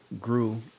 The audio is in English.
grew